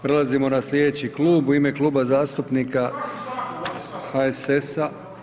Prelazimo na slijedeći klub u ime Kluba zastupnika HSS-a…